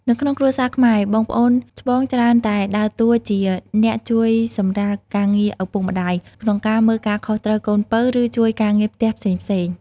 នៅក្នុងគ្រួសារខ្មែរ បងប្អូនច្បងច្រើនតែដើរតួជា អ្នកជួយសម្រាលការងារឪពុកម្ដាយ ក្នុងការមើលការខុសត្រូវកូនពៅ ឬជួយការងារផ្ទះផ្សេងៗ។